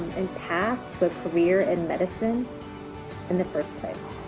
and path to a career in medicine in the first place